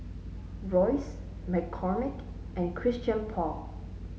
Royce McCormick and Christian Paul